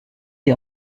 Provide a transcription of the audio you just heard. est